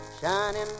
Shining